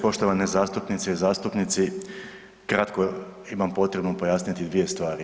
Poštovane zastupnice i zastupnice kratko imam potrebu pojasniti dvije stvari.